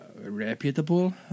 reputable